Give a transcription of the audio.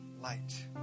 light